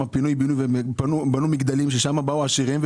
פינוי-בינוי ובנו שם מגדלים של עשירים,